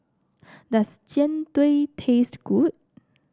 does Jian Dui taste good